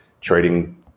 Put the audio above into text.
trading